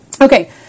okay